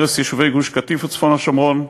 הרס יישובי גוש-קטיף וצפון השומרון,